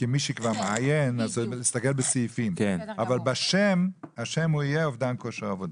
כי מי שמעיין אכן מסתכל בסעיפים אבל השם יהיה אובדן כושר עבודה.